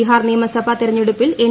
ബീഹാർ നിമയസഭ തെരഞ്ഞെടുപ്പിൽ എൻ